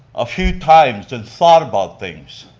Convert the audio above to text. a few times and thought about things.